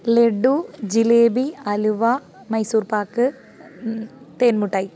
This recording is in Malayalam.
ലഡു ജിലേബി അലുവ മൈസൂർപാക്ക് തേൻമുട്ടായി